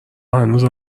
هنوزم